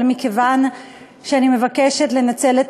אבל אני מבקשת לנצל את